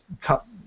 cut